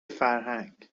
فرهنگ